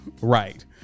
Right